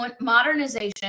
Modernization